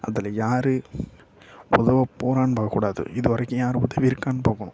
அதில் யாரு உதவப் போகிறான்னு பார்க்கக்கூடாது இது வரைக்கும் யாரு உதவிருக்கான்னு பார்க்கணும்